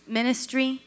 ministry